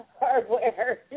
hardware